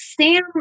Sam